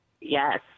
Yes